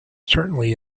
certainly